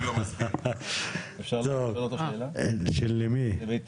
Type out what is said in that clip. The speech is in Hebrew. אני רוצה לשאול את